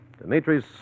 Dimitri's